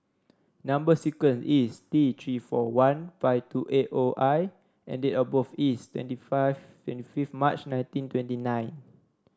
number sequence is T Three four one five two eight O I and date of birth is twenty five twenty fifth March nineteen twenty nine